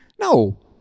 No